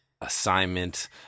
assignment